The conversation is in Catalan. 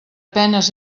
penes